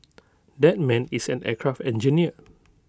that man is an aircraft engineer